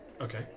Okay